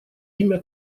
имя